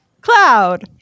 cloud